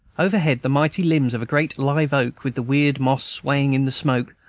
overhead, the mighty limbs of a great live-oak, with the weird moss swaying in the smoke,